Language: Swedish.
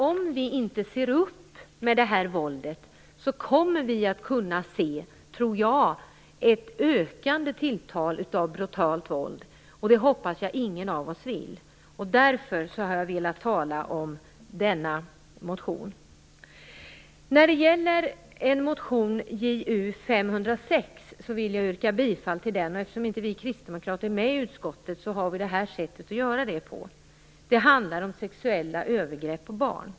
Om vi inte ser upp med detta våld kommer vi, tror jag, att kunna se ett tilltagande brutalt våld. Det hoppas jag att ingen av oss vill. Därför har jag velat tala om denna motion. Jag vill yrka bifall till motionen Ju506. Eftersom vi kristdemokrater inte är med i utskottet har vi detta sätt att göra det på. Det handlar om sexuella övergrepp på barn.